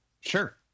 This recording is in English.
Sure